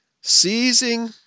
seizing